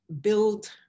build